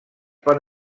per